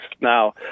Now